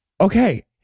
Okay